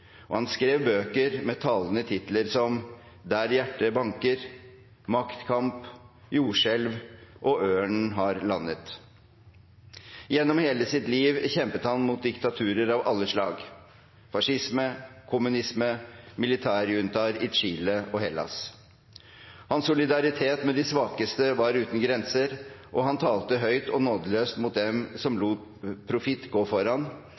Han skrev bøker med talende titler som «Der hjertet banker – bilder fra et liv», «Maktkamp – nye bilder fra et liv», «Jordskjelv» og «Ørnen har landet». Gjennom hele sitt liv kjempet han mot diktaturer av alle slag, fascisme, kommunisme og militærjuntaer i Chile og Hellas. Hans solidaritet med de svakeste var uten grenser, og han talte høyt og nådeløst mot dem som lot profitt gå foran,